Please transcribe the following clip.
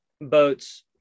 boats